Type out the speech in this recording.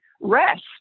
Rest